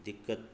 दिक़त